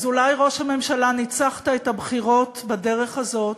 אז אולי, ראש הממשלה, ניצחת את הבחירות בדרך הזאת,